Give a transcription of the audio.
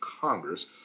Congress